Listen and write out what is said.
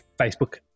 Facebook